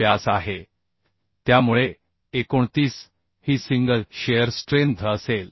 व्यास आहे त्यामुळे 29 ही सिंगल शिअर स्ट्रेंथ असेल